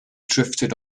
drifted